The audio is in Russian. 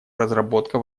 разработка